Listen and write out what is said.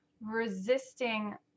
resisting